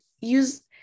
use